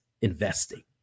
investing